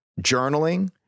journaling